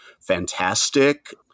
fantastic